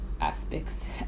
aspects